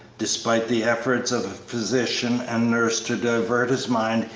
despite the efforts of physician and nurse to divert his mind,